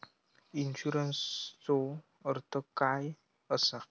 इन्शुरन्सचो अर्थ काय असा?